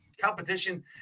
competition